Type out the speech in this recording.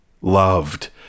loved